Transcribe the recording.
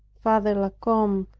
father la combe,